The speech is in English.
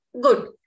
good